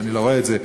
ואני לא רואה את זה,